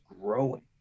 growing